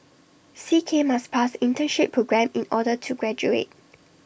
C K must pass internship programme in order to graduate